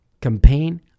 campaign